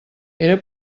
era